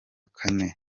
kane